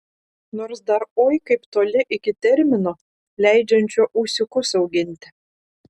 nors dar oi kaip toli iki termino leidžiančio ūsiukus auginti